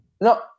No